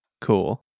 Cool